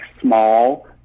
small